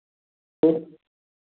तऽ